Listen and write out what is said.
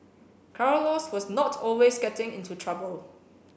Carlos was not always getting into trouble